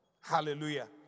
Hallelujah